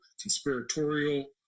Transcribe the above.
conspiratorial